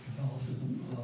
Catholicism